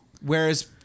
Whereas